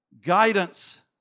guidance